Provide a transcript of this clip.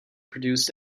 produced